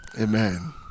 Amen